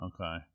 Okay